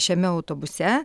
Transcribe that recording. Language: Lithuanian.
šiame autobuse